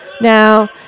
Now